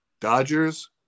Dodgers